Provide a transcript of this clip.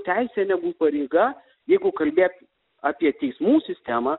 teisė negu pareiga jeigu kalbėt apie teismų sistemą